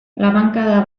labankada